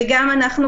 וגם אנחנו,